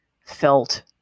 felt